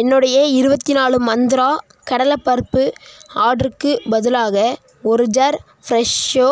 என்னுடைய இருபத்தி நாலு மந்த்ரா கடலைப்பருப்பு ஆர்ட்ருக்குப் பதிலாக ஒரு ஜார் ஃப்ரெஷ்ஷோ